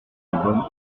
album